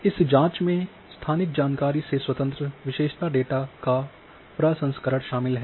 इस जाँच में स्थानिक जानकारी से स्वतंत्र विशेषता डेटा का प्रसंस्करण शामिल है